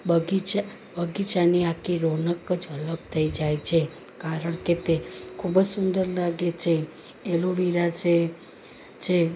બગીચા બગીચાની આખી રોનક જ અલગ થઈ જાય છે કારણ કે તે ખૂબ જ સુંદર લાગે છે એલોવેરા છે જે